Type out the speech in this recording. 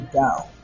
down